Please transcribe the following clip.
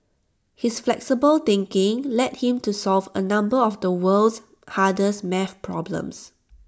his flexible thinking led him to solve A number of the world's hardest maths problems